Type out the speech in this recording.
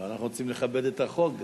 אבל אנחנו רוצים לכבד את החוק גם.